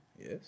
Yes